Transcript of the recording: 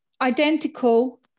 identical